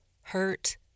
hurt